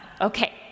okay